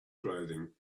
clothing